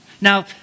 Now